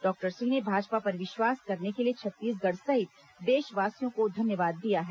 doctor Singh ने भाजपा पर विश्वास करने के लिए छत्तीसगढ़ सहित देशवासियों को धन्यवाद दिया है